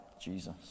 Jesus